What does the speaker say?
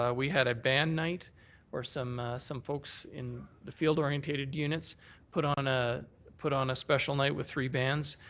ah we had a band night where some some folks in the field oriented units put on ah put on a special night with three bands.